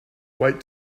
wait